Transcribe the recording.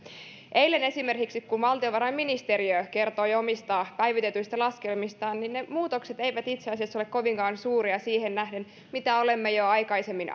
eilen esimerkiksi kun valtiovarainministeriö kertoi omista päivitetyistä laskelmistaan niin ne muutokset eivät itse asiassa ole kovinkaan suuria siihen nähden mitä olemme jo aikaisemmin